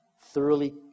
thoroughly